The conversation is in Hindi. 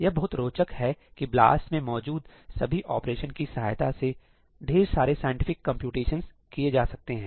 यह बहुत रोचक है कि ब्लास में मौजूद सभी ऑपरेशन की सहायता से ढेर सारे साइंटिफिक कंप्यूटेशन किए जा सकते हैं